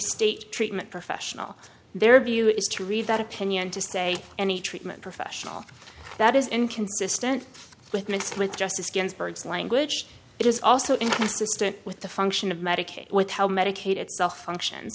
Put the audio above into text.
state treatment professional their view is to read that opinion to say any treatment professional that is inconsistent with mixed with justice ginsburg language is also inconsistent with the function of medicaid with how medicaid itself function